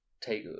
take